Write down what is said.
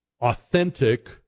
authentic